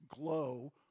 glow